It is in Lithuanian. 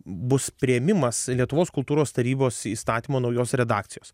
bus priėmimas lietuvos kultūros tarybos įstatymo naujos redakcijos